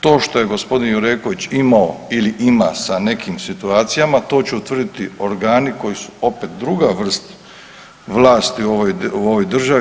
To što je gospodin Jureković imao ili ima sa nekim situacijama to će utvrditi organi koji su opet druga vrst vlasti u ovoj državi.